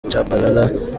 tchabalala